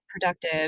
productive